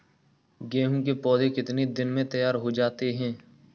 गेहूँ के पौधे कितने दिन में तैयार हो जाते हैं?